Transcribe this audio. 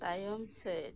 ᱛᱟᱭᱚᱢ ᱥᱮᱫ